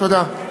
תודה.